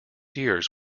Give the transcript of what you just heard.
years